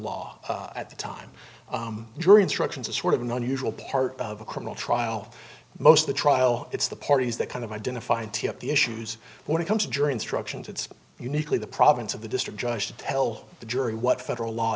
law at the time jury instructions are sort of an unusual part of a criminal trial most of the trial it's the parties that kind of identifying tip the issues when it comes to jury instructions it's uniquely the province of the district judge to tell the jury what federal law